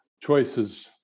choices